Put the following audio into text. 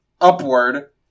upward